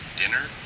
dinner